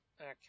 Okay